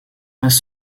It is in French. pas